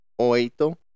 oito